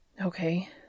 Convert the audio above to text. Okay